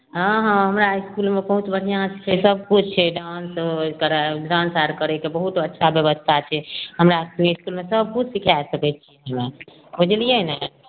हँ हँ हमरा इसकुलमे बहुत बढ़िआँसे छै सबकिछु छै डान्स होइ करै डान्स आओर करैके बहुत अच्छा बेबस्था छै हमरा सभके इसकुलमे सबकिछु सिखै सकै छिए हमे बुझलिए ने